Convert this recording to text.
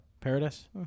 Paradise